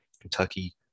Kentucky